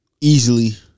Easily